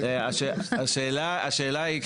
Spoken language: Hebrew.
השאלה היא,